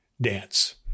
dance